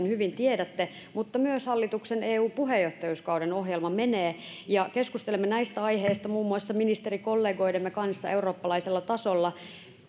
hyvin tiedätte että myös hallituksen eu puheenjohtajuuskauden ohjelma menee ja keskustelemme näistä aiheista muun muassa ministerikollegoidemme kanssa eurooppalaisella tasolla